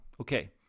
Okay